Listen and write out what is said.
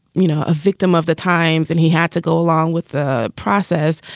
you know, a victim of the times and he had to go along with the process.